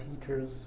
teachers